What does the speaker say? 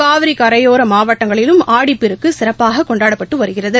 காவிரிகரையோரமாவட்டங்களிலும் ஆடிப்பெருக்குசிறப்பாககொண்டாடப்பட்டுவருகிறது